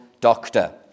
doctor